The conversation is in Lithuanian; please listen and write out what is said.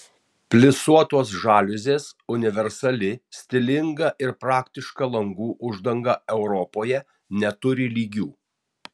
plisuotos žaliuzės universali stilinga ir praktiška langų uždanga europoje neturi lygių